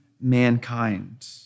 mankind